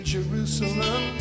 Jerusalem